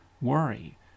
worry